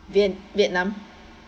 viet vietnam